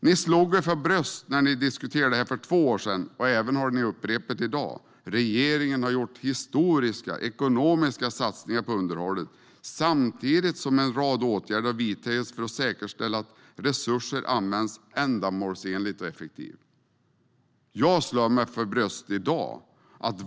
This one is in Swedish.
Ni slog er för bröstet när ni diskuterade det här för två år sedan - ni har även upprepat det i dag: Regeringen har gjort historiska ekonomiska satsningar på underhållet samtidigt som en rad åtgärder har vidtagits för att säkerställa att resurser används ändamålsenligt och effektivt. Jag slår mig för bröstet i dag.